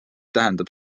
tähendab